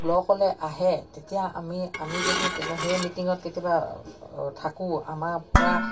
ব্লকলৈ আহে তেতিয়া আমি আমি যদি কেতিয়াবা সেই মিটিঙত কেতিয়াবা থাকোঁ আমাৰপৰা